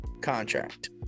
contract